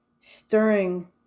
stirring